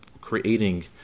creating